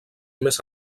més